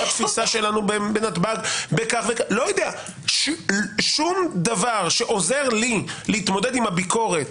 התפיסה שלנו בנתב"ג בכך וכך שום דבר שעוזר לי להתמודד עם הביקורת